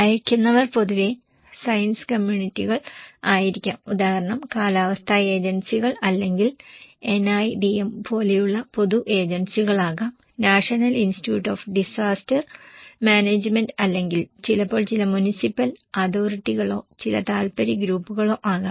അയയ്ക്കുന്നവർ പൊതുവെ സയൻസ് കമ്മ്യൂണിറ്റികൾ ആയിരിക്കാം ഉദാഹരണം കാലാവസ്ഥാ ഏജൻസികൾ അല്ലെങ്കിൽ NIDM പോലെയുള്ള പൊതു ഏജൻസികൾ ആകാം national institute of disaster management അല്ലെങ്കിൽ ചിലപ്പോൾ ചില മുനിസിപ്പൽ അതോറിറ്റികളോ ചില താൽപ്പര്യ ഗ്രൂപ്പുകളോ ആകാം